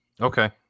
Okay